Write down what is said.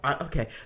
Okay